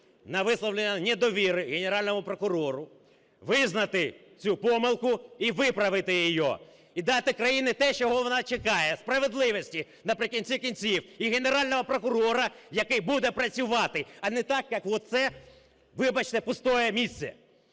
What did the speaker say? на висловлення недовіри Генеральному прокурору, визнати цю помилку і виправити її. І дати країні те, чого вона чекає: справедливості наприкінці-кінців і Генерального прокурора, який буде працювати, а не так, як оце, вибачте, пусте місце.